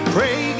Pray